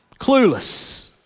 Clueless